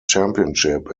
championship